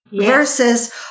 Versus